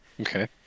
Okay